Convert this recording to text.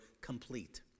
complete